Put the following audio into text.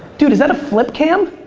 dude is that a flip cam?